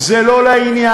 זה לא לעניין.